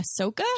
Ahsoka